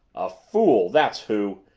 a fool that's who!